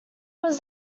was